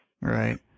Right